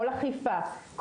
כל אכיפה,